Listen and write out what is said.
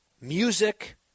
music